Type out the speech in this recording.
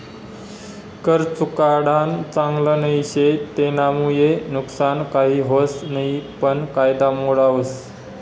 कर चुकाडानं चांगल नई शे, तेनामुये नुकसान काही व्हस नयी पन कायदा मोडावस